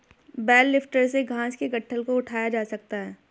bell lifter से घास के गट्ठल को उठाया जा सकता है